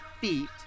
feet